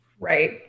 Right